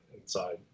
inside